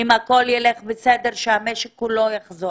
אם הכול יהיה בסדר, שכל המשק יחזור.